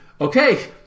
okay